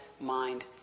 mind